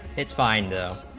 it's five l